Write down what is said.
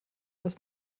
das